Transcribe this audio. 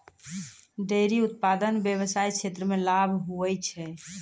dairy उप्तादन व्याबसाय क्षेत्र मे लाभ हुवै छै